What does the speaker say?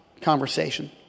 conversation